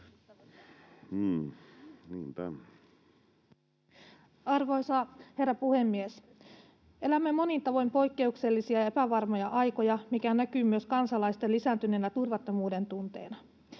Arvoisa herra puhemies! Elämme monin tavoin poikkeuksellisia ja epävarmoja aikoja, mikä näkyy myös kansalaisten lisääntyneenä turvattomuudentunteena.